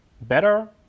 better